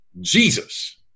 Jesus